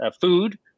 food